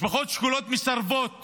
משפחות שכולות מסרבות